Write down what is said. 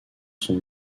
son